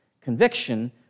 Conviction